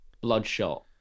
bloodshot